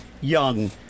young